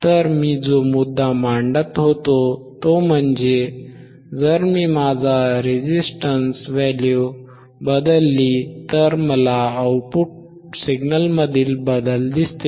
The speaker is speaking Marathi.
तर मी जो मुद्दा मांडत होतो तो म्हणजे जर मी माझी रेझिस्टन्स व्हॅल्यू बदलली तर मला आउटपुट सिग्नलमधील बदल दिसतील